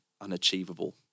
unachievable